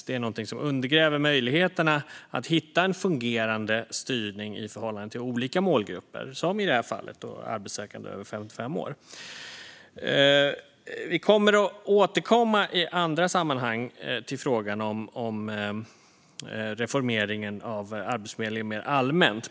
Det är något som undergräver möjligheterna att hitta en fungerande styrning i förhållande till olika målgrupper, i det här fallet arbetssökande över 55 år. Vi kommer att återkomma i andra sammanhang till frågan om reformeringen av Arbetsförmedlingen mer allmänt.